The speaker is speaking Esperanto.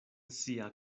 sia